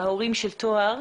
ההורים של טוהר